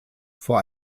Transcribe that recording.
vor